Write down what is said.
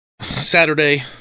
Saturday